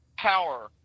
power